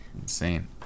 insane